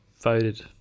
voted